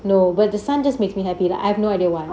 no but the sun just makes me happy I have no idea why